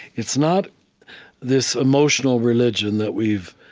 it's not this emotional religion that we've